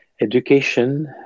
education